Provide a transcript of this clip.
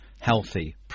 healthy